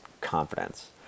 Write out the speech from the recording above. confidence